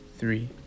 three